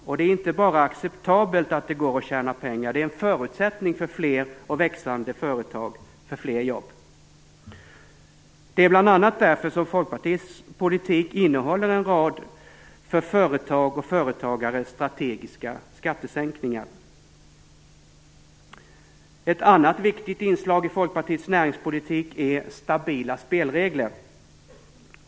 Och det är inte bara acceptabelt att det går att tjäna pengar, det är en förutsättning för fler och växande företag, för fler jobb. Det är bl.a. därför som Folkpartiets politik innehåller en rad för företag och företagare strategiska skattesänkningar. Ett annat viktigt inslag i Folkpartiets näringspolitik är stabila spelregler.